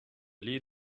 lead